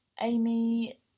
Amy